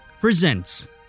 presents